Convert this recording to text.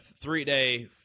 three-day